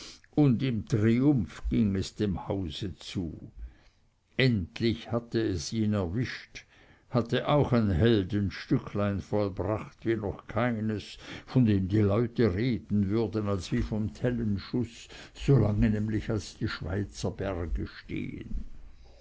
und im triumph ging es dem hause zu endlich hatte es ihn erwischt hatte auch ein heldenstücklein vollbracht wie noch keines von dem die leute reden würden als wie vom tellenschuß so lange nämlich als die schweizerberge stehen